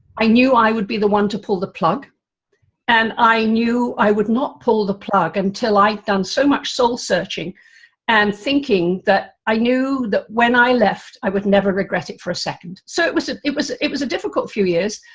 i knew, i would be the one to pull the plug and i knew i would not pull the plug, until i done so much soul-searching and thinking that i knew that when i left i would never regret it for a second. so it was it it was it was a difficult few years,